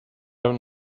don’t